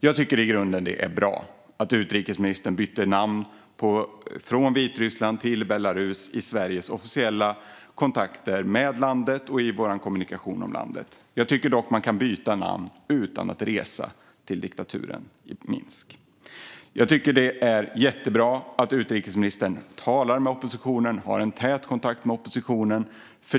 Jag tycker i grunden att det är bra att utrikesministern bytte namn från Vitryssland till Belarus i Sveriges officiella kontakter med landet och i vår kommunikation om landet. Jag tycker dock att man kan byta namn utan att resa till diktaturens Minsk. Jag tycker att det är jättebra att utrikesministern talar med oppositionen och har tät kontakt med oppositionen.